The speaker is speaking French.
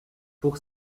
pour